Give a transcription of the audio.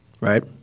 right